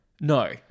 No